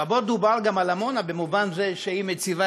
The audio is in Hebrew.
רבות דובר גם על עמונה במובן זה שהיא מציבה